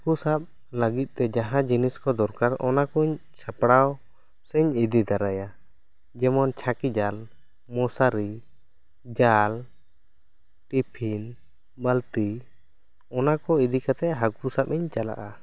ᱦᱟᱹᱠᱩ ᱥᱟᱵ ᱞᱟᱹᱜᱤᱫ ᱛᱮ ᱡᱟᱦᱟᱸ ᱡᱤᱱᱤᱥ ᱠᱚ ᱫᱚᱨᱠᱟᱨ ᱚᱱᱟ ᱠᱚᱧ ᱥᱟᱯᱲᱟᱣ ᱥᱤᱧ ᱤᱫᱤ ᱛᱟᱨᱟᱭᱟ ᱡᱮᱢᱚᱱ ᱪᱷᱟᱹᱠᱤ ᱡᱟᱞ ᱢᱚᱥᱟᱨᱤ ᱡᱟᱞ ᱴᱤᱯᱷᱤᱱ ᱵᱟᱹᱞᱛᱤ ᱚᱱᱟ ᱠᱚ ᱤᱫᱤ ᱠᱟᱛᱮᱜ ᱦᱟᱹᱠᱩ ᱥᱟᱵ ᱤᱧ ᱪᱟᱞᱟᱜᱼᱟ